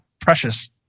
precious